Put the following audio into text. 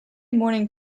morning